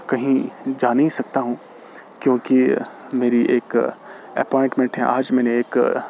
کہیں جا نہیں سکتا ہوں کیونکہ میری ایک اپائنٹمنٹ ہے آج میں نے ایک